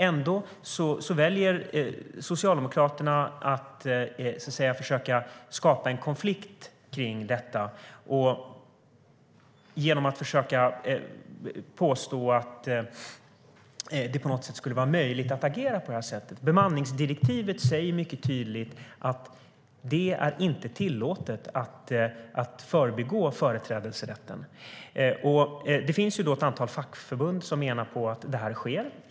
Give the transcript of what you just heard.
Ändå väljer Socialdemokraterna att, så att säga, försöka skapa en konflikt kring detta genom att försöka påstå att det på något sätt skulle vara möjligt att agera på det här sättet. Bemanningsdirektivet säger mycket tydligt att det inte är tillåtet att kringgå företrädesrätten. Det finns ett antal fackförbund som menar på att det sker.